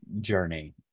journey